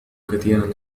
كثيرا